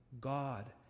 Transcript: God